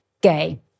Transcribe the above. gay